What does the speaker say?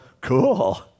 cool